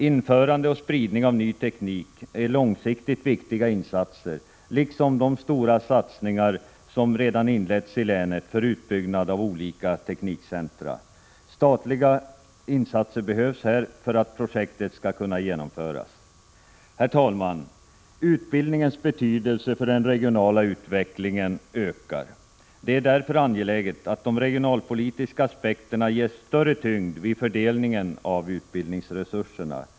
Införande och spridning av ny teknik är långsiktigt viktiga insatser, liksom de stora satsningar som gjorts för utbyggnad av olika teknikcentra. Statliga insatser behövs för att projekten skall kunna genomföras. Herr talman! Utbildningens betydelse för den regionala utvecklingen ökar. Det är därför angeläget att de regionalpolitiska aspekterna ges större tyngd vid fördelningen av utbildningsresurserna.